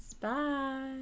bye